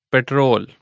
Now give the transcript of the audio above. Petrol